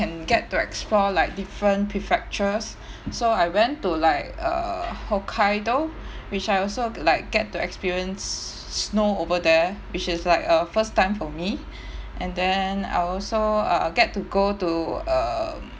get to explore like different prefectures so I went to like uh hokkaido which I also like get to experience s~ snow over there which is like a first time for me and then I also uh get to go to um